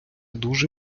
дуже